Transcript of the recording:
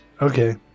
Okay